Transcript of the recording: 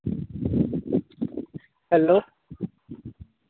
hello